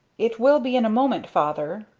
it will be in a moment, father,